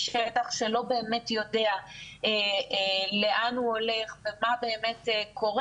שטח שלא באמת יודע לאן הוא הולך ומה באמת קורה.